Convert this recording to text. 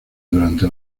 durante